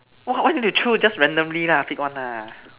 !wah! why you need to choose just randomly lah pick one lah